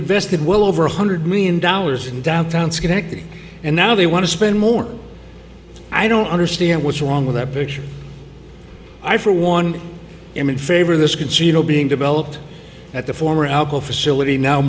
invested well over one hundred million dollars in downtown schenectady and now they want to spend more i don't understand what's wrong with that picture i for one am in favor of this can see you know being developed at the former apple facility now